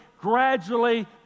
gradually